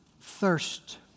thirst